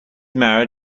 married